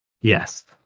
Yes